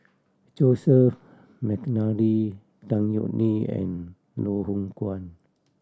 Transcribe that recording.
Joseph McNally Tan Yeok Nee and Loh Hoong Kwan